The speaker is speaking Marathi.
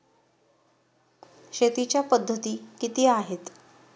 शेतीच्या पद्धती किती आहेत?